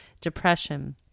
depression